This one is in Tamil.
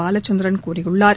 பாலச்சந்திரன் கூறியுள்ளார்